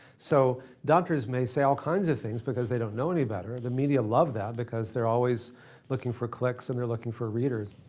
so doctors may say all kinds of things because they don't know any better. the media love that because they're always looking for clicks and they're looking for readers.